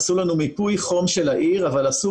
עשו לנו מיפוי חום של העיר אבל עשו